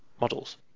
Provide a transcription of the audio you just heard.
models